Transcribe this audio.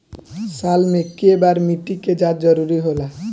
साल में केय बार मिट्टी के जाँच जरूरी होला?